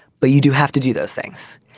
but you do have to do those things.